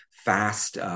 fast